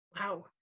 Wow